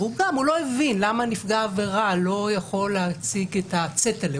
גם הוא לא הבין למה נפגע העבירה לא יכול להציג את הצטלה,